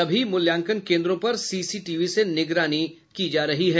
सभी मूल्यांकन केंद्रों पर सीसीटीवी से निगरानी की जा रही है